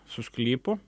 su sklypu